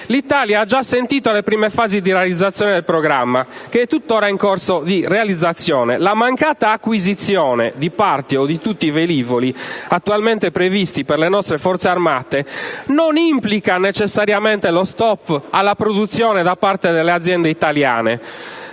L'Italia ha già assentito alle prime fasi di realizzazione del programma, che è tuttora in corso di realizzazione. La mancata acquisizione di parti o di tutti i velivoli attualmente previsti per le nostre Forze armate non implica necessariamente lo *stop* alla produzione da parte delle aziende italiane,